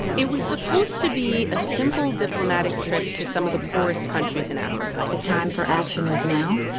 it was supposed to be a simple diplomatic trip to some of the poorest countries in africa the time for action is now.